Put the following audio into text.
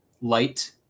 light